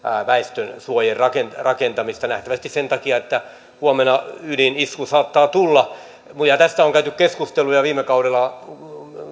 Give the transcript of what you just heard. väestönsuojien rakentamista nähtävästi sen takia että huomenna ydinisku saattaa tulla tästä on käyty keskusteluja viime kaudella